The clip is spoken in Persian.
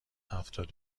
هفتاد